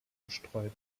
gestreut